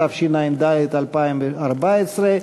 התשע"ד 2014,